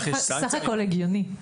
סה"כ הגיוני.